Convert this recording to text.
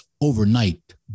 overnight